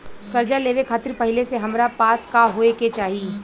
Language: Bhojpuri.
कर्जा लेवे खातिर पहिले से हमरा पास का होए के चाही?